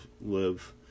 live